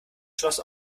schloss